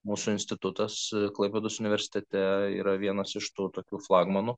mūsų institutas klaipėdos universitete yra vienas iš tų tokių flagmanų